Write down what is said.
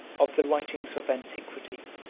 of the writings of antiquity,